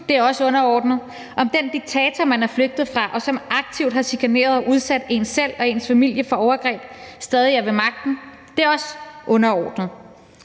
slut, er også underordnet. Om den diktator, man er flygtet fra, og som aktivt har chikaneret og udsat en selv og ens familie for overgreb, stadig er ved magten, er også underordnet.